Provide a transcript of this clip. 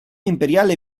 imperiale